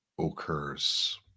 occurs